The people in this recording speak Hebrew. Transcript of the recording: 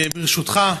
ברשותך,